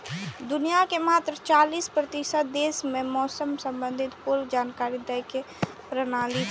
दुनिया के मात्र चालीस प्रतिशत देश मे मौसम संबंधी पूर्व जानकारी दै के प्रणाली छै